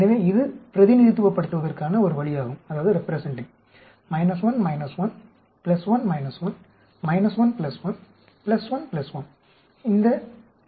எனவே இது பிரதிநிதித்துவப்படுத்துவதற்கான ஒரு வழியாகும் 1 1 1 1 1 1 1 1